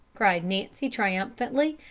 cried nancy, triumphantly.